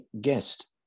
guest